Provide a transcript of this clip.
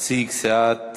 נציג סיעת